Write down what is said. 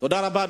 אני מכבד אותך.